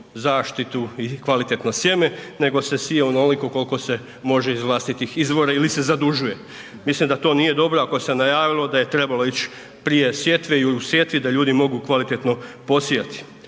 zaštitu i kvalitetno sjeme nego se sije onoliko koliko se može iz vlastitih izvora ili se zadužuje. Mislim da to nije dobro ako se najavilo da je trebalo ići prije sjetve i u sjetvi da ljudi mogu kvalitetno posijati.